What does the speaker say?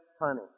honey